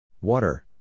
water